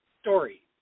story